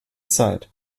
zeit